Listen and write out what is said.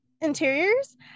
Interiors